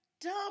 dumb